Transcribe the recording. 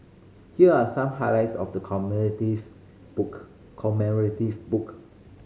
here are some highlights of the commemorative book commemorative book